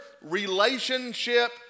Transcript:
relationship